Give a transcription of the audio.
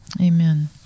Amen